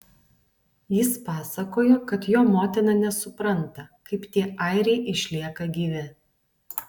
jis pasakojo kad jo motina nesupranta kaip tie airiai išlieka gyvi